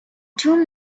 two